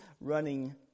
running